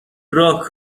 راه